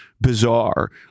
bizarre